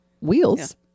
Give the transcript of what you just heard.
wheels